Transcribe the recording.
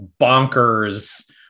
bonkers